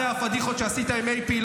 אחרי הפדיחות שעשית עם איי-פי,